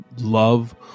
love